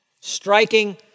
Striking